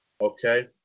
okay